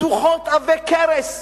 דוחות עבי כרס,